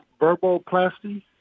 verboplasty